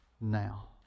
now